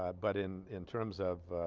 but in in terms of